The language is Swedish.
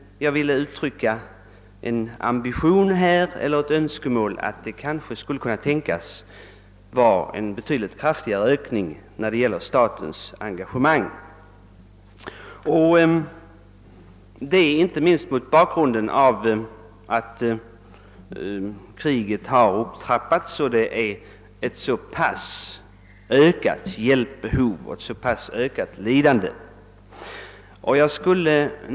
Jag vill här uttrycka en önskan om en betydligt kraftigare ökning när det gäller statens engagemang. Jag säger detta inte minst mot bakgrunden av att kriget har trappats upp och att det nu föreligger ett ökat hjälpbehov för att mildra ett ökat lidande.